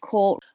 Court